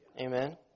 Amen